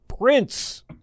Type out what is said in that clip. Prince